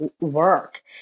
work